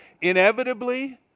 Inevitably